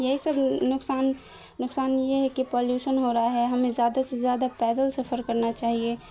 یہی سب نقصان نقصان یہ ہے کہ پلیوشن ہو رہا ہے ہمیں زیادہ سے زیادہ پیدل سفر کرنا چاہیے